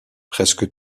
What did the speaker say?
presque